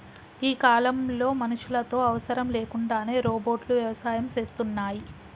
గీ కాలంలో మనుషులతో అవసరం లేకుండానే రోబోట్లు వ్యవసాయం సేస్తున్నాయి